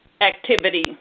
activity